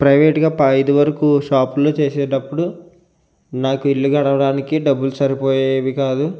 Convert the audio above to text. ప్రైవేటుగా పదహైదు వరకు షాపుల్లో చేసేటప్పుడు నాకు ఇల్లు గడవడానికి డబ్బులు సరిపోయేవి కాదు